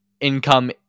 income